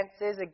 again